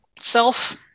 Self